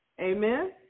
Amen